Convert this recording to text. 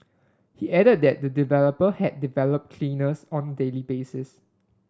he added that the developer had deployed cleaners on a daily basis